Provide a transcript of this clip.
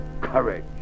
Courage